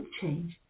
change